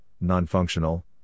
non-functional